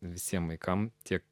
visiems vaikams tiek